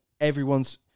everyone's